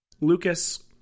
Lucas